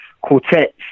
quartets